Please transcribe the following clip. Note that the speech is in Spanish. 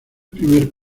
primer